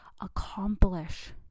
accomplish